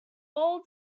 all